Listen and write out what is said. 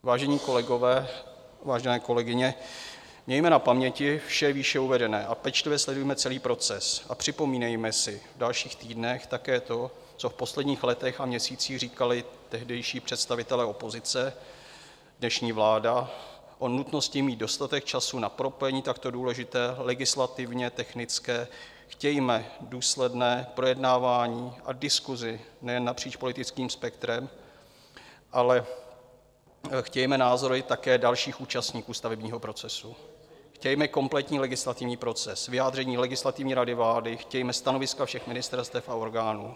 Vážení kolegové, vážené kolegyně, mějme na paměti vše výše uvedené, pečlivě sledujme celý proces a připomínejme si v dalších týdnech také to, co v posledních letech a měsících říkali tehdejší představitelé opozice, dnešní vláda, o nutnosti mít dostatek času na propojení takto důležité legislativně technické , chtějme důsledné projednávání a diskusi nejen napříč politickým spektrem, ale chtějme názory také dalších účastníků stavebního procesu, chtějme kompletní legislativní proces, vyjádření Legislativní rady vlády, chtějme stanoviska všech ministerstev a orgánů.